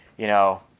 you know,